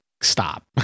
stop